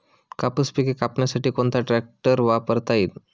कापूस पिके कापण्यासाठी कोणता ट्रॅक्टर वापरता येईल?